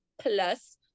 plus